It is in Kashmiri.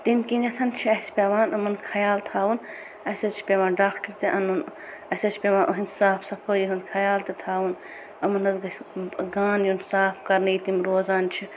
تمہِ کِنٮ۪تھ چھِ اسہِ پٮ۪وان یِمن خیال تھاوُن اسہِ حظ چھِ پٮ۪وان ڈاکٹر تہِ انُن اسہِ حظ چھِ پٮ۪وان یِہٕندِ صاف صفٲیی ہُنٛد خیال تہِ تھاوُن یِمن حظ گَژھِ گان یُن صاف کَرنہٕ ییٚتہِ یِم روزان چھِ